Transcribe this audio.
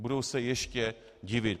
Budou se ještě divit.